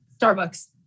Starbucks